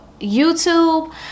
YouTube